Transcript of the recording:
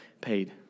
paid